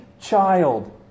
child